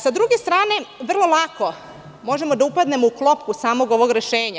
Sa druge strane, vrlo lako možemo da upadnemo u klopku samog ovog rešenja.